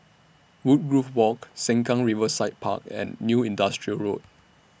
Woodgrove Walk Sengkang Riverside Park and New Industrial Road